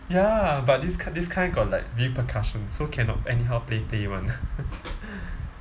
ya but this kind this kind got like repercussions so cannot anyhow play play [one]